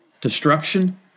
destruction